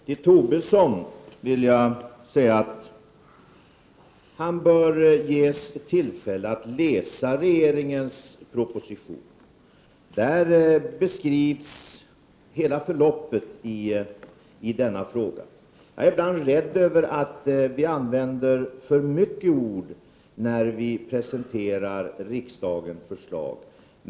Herr talman! Till Lars Tobisson vill jag säga att han bör ges tillfälle att läsa regeringens proposition. Där beskrivs hela förloppet i denna fråga. Jag är ibland rädd för att vi använder för mycket ord när vi presenterar förslag för riksdagen.